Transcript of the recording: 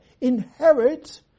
Inherit